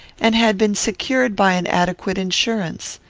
and had been secured by an adequate insurance.